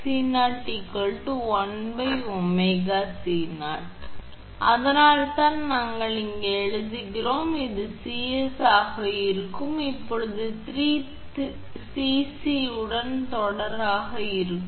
எனவே அதனால்தான் நாங்கள் நீங்கள் எழுதுகிறோம் இது 𝐶𝑠 இருக்கும் இப்போது3 Cc உடன் தொடராக இருக்கும்